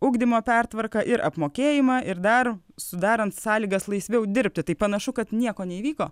ugdymo pertvarką ir apmokėjimą ir dar sudarant sąlygas laisviau dirbti tai panašu kad nieko neįvyko